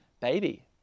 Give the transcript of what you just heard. baby